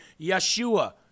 Yeshua